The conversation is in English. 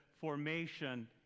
formation